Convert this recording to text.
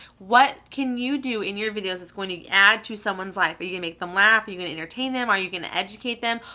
what can you do in your video that's going to add to someone's life? are you gonna make them laugh? are you gonna entertain them? are you gonna educate them?